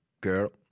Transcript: girl